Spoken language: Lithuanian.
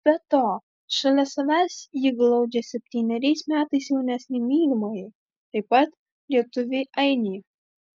be to šalia savęs ji glaudžia septyneriais metais jaunesnį mylimąjį taip pat lietuvį ainį